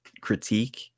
critique